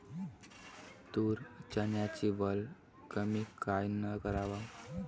तूर, चन्याची वल कमी कायनं कराव?